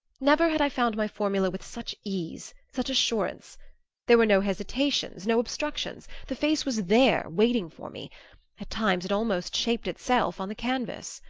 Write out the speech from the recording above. never had i found my formula with such ease, such assurance there were no hesitations, no obstructions the face was there, waiting for me at times it almost shaped itself on the canvas.